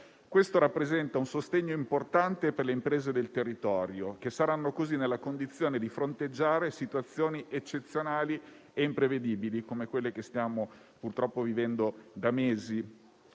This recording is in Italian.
Questo rappresenta un sostegno importante per le imprese del territorio, che saranno così nella condizione di fronteggiare situazioni eccezionali e imprevedibili, come quelle che stiamo purtroppo vivendo da mesi.